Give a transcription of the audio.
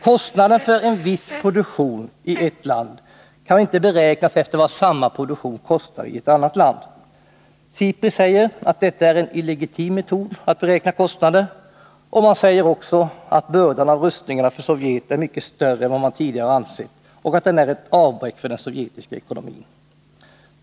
Kostnaden för viss produktion i ett land kan inte beräknas efter vad samma produktion kostar i ett annat land. SIPRI säger att det är en illegitim metod att beräkna kostnaderna, och man säger också att bördan av rustningarna för Sovjet är mycket större än vad man tidigare har ansett och att den är ett avbräck för den sovjetiska ekonomin.